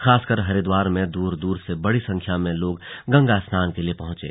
खासकर हरिद्वार में दूर दूर से बड़ी संख्या में लोग गंगा स्नान के लिए पहुंचे